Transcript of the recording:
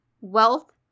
wealth